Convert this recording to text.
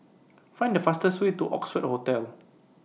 Find The fastest Way to Oxford Hotel